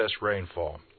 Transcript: rainfall